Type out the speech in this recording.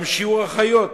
גם שיעור האחיות,